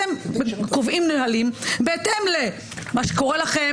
אתם קובעים נהלים בהתאם למה שקורה לכם,